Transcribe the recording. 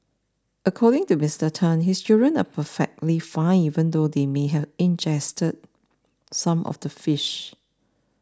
according to Tan his children are perfectly fine even though they may have ingested some of the fish